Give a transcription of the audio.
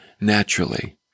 naturally